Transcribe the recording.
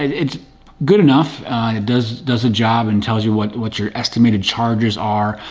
it's good enough. it does does the job and tells you what what your estimated charges are.